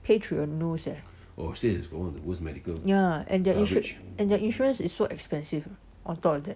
pay through your nose eh ya and their and their insurance is so expensive on top of that